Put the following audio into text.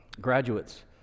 graduates